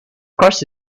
course